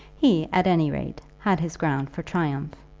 he, at any rate, had his ground for triumph.